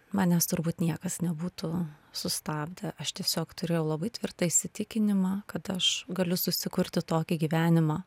manęs turbūt niekas nebūtų sustabdę aš tiesiog turiu labai tvirtą įsitikinimą kad aš galiu susikurti tokį gyvenimą